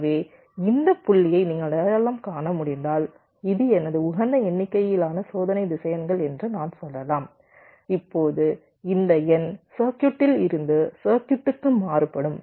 எனவே இந்த புள்ளியை நீங்கள் அடையாளம் காண முடிந்தால் இது எனது உகந்த எண்ணிக்கையிலான சோதனை திசையன்கள் என்று நான் சொல்லலாம் இப்போது இந்த எண் சர்க்யூட்டில் இருந்து சர்க்யூட்டுக்கு மாறுபடும்